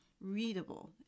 readable